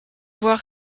voir